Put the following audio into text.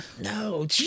No